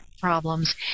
problems